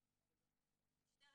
מתועד פה בכנסת ישראל.